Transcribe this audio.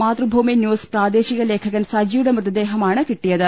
Mathrubhumi news പ്രാദേശിക ലേഖകൻ സജിയുടെ മൃതദേഹമാണ് കിട്ടിയത്